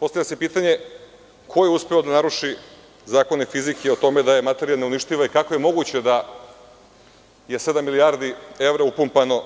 Postavlja se pitanje – ko je uspeo da naruši zakone fizike o tome da je materija neuništiva i kako je moguće da je sedam milijardi evra upumpano